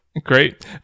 Great